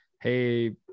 hey